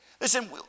Listen